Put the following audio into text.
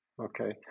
Okay